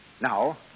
Now